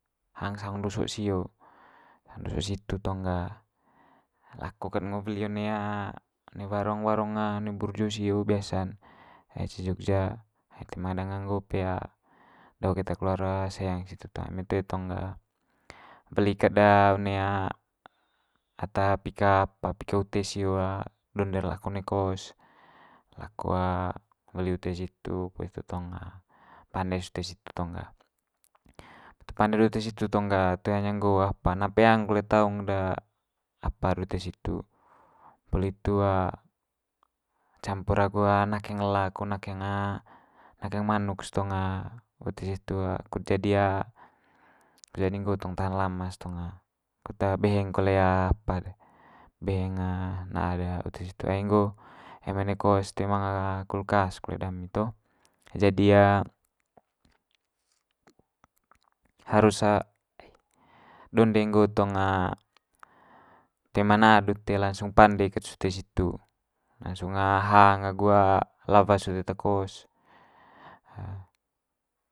Hang saung ndusuk sio, saung ndusuk situ tong gah lako ked ngo weli one one warung warung burjo sio biasa'n. Ai ce jogja ai toe ma danga nggo pe do keta keluar seng situ tong. Eme toe tong ga weli ked one one ata pika apa pika ute sio donde'r lako one kos lako weli ute situ, poli itu tong pande's ute situ tong ga. Poli itu pande ite situ tong ga toe hanya nggo apa na peang kole taung de apa'r ute situ, poli itu campur agu nakeng ela ko nakeng manuk's tong ute situ kut jadi kut jadi nggo tong tahan lama's tong kut beheng kole apa'd beheng na'a de ute situ ai nggo ami one kos toe manga kulkas kole dami toh, jadi harus donde nggo tong toe ma na'd ute langsung pande ket's ute situ. Langsung hang agu lawa sot eta kos.